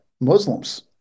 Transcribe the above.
Muslims